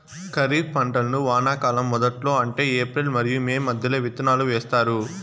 ఖరీఫ్ పంటలను వానాకాలం మొదట్లో అంటే ఏప్రిల్ మరియు మే మధ్యలో విత్తనాలు వేస్తారు